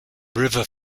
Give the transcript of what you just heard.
river